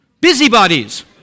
Busybodies